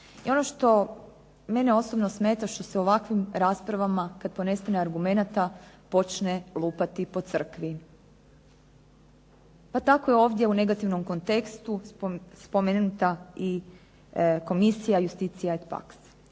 I ono što mene osobno smeta što se u ovakvim rasprava kada ponestane argumenata počne lupati po crkvi. Pa tako je ovdje u negativnom kontekstu spomenuta i Komisija Iustitia et pax.